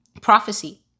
prophecy